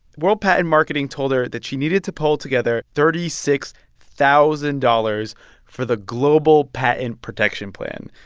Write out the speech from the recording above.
world patent marketing told her that she needed to pull together thirty six thousand dollars for the global patent protection plan.